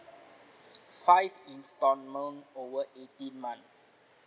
five instalment over eighteen months